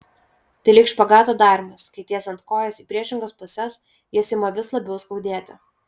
tai lyg špagato darymas kai tiesiant kojas į priešingas puses jas ima vis labiau skaudėti